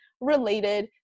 related